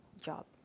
job